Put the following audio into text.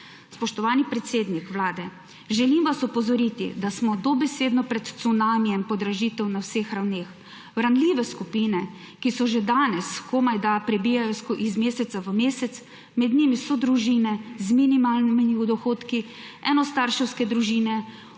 Spoštovani predsednik vlade! Želim vas opozoriti, da smo dobesedno pred cunamijem podražitev na vseh ravneh. Ranljive skupine, ki se že danes komajda prebijajo iz meseca v mesec, med njimi so družine z minimalnimi dohodki, enostarševske družine,